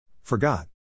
Forgot